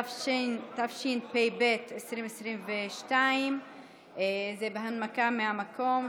התשפ"ב 2022. זה בהנמקה מהמקום,